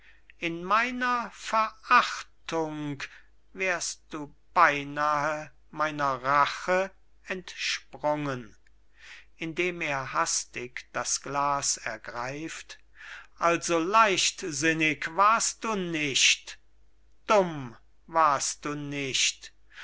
in meiner verachtung wärst du beinahe meiner rache entsprungen indem er hastig das glas ergreift also leichtsinnig warst du nicht dumm warst du nicht du